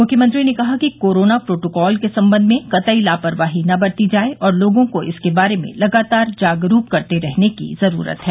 मुख्यमंत्री ने कहा कि कोरोना प्रोटोकाल के संबंध में कतई लापरवाही न बरती जाये और लोगों को इसके बारे में लगातार जागरूक करते रहने की जरूरत है